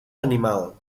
animal